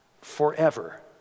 forever